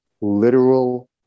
literal